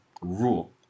rule